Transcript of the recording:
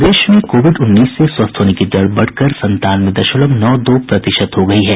प्रदेश में कोविड उन्नीस से स्वस्थ होने की दर बढ़कर संतानवे दशमलव नौ दो प्रतिशत हो गयी है